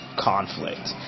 conflict